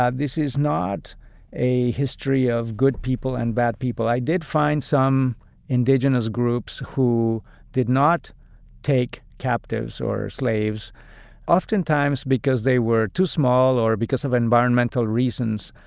this is not a history of good people and bad people. i did find some indigenous groups who did not take captives or slaves oftentimes because they were too small or because of environmental reasons.